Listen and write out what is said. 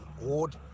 ward